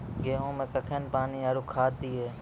गेहूँ मे कखेन पानी आरु खाद दिये?